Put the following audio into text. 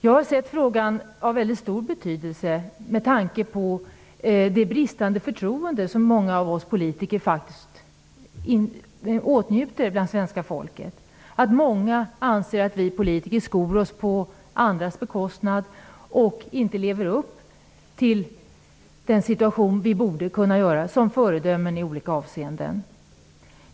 Jag anser att denna fråga har väldigt stor betydelse med tanke på det bristande förtroende som många av oss politiker faktiskt åtnjuter bland det svenska folket. Många anser att vi politiker skor oss på andras bekostnad och att vi inte lever upp till situationen som föredömen på det sätt som vi borde göra i olika avseenden.